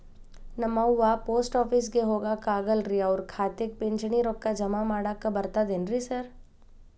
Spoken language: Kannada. ನಮ್ ಅವ್ವ ಪೋಸ್ಟ್ ಆಫೇಸಿಗೆ ಹೋಗಾಕ ಆಗಲ್ರಿ ಅವ್ರ್ ಖಾತೆಗೆ ಪಿಂಚಣಿ ರೊಕ್ಕ ಜಮಾ ಮಾಡಾಕ ಬರ್ತಾದೇನ್ರಿ ಸಾರ್?